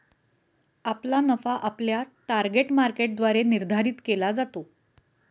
आपला नफा आपल्या टार्गेट मार्केटद्वारे निर्धारित केला जातो